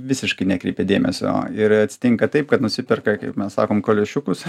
visiškai nekreipia dėmesio ir atsitinka taip kad nusiperka kaip mes sakom kaliošiukus